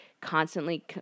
constantly